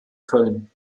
köln